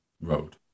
road